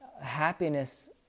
happiness